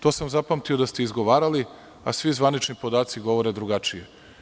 To sam zapamtio da ste izgovarali, a svi zvanični podaci govore drugačije.